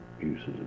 uses